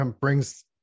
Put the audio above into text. brings